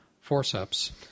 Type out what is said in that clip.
forceps